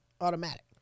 automatic